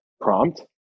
prompt